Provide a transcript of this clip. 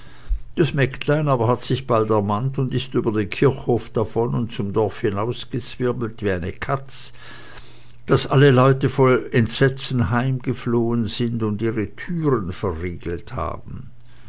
das mägdlein aber hat sich bald ermannt und ist über den kirchhof davon und zum dorf hinauß gezwirbelt wie eine katz daß alle leute voll entsetzen heimgeflohen sind und ihre thüren verriegelt haben